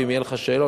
ואם יהיו לך שאלות,